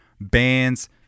bands